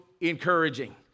encouraging